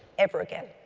ever again.